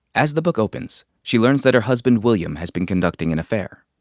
as the book opens, she learns that her husband william has been conducting an affair.